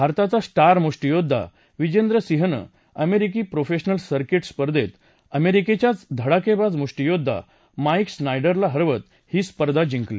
भारताचा स्टार मुष्टीयोद्वा विजेंद्र सिंहनं अमरिकी प्रोफ्शिनल सर्किट स्पर्धेत अमरिकिचाच धडाक्बीज मुष्टीयोद्धा माईक स्ना डिरला हरवत ही स्पर्धा जिंकली